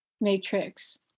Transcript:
matrix